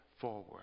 forward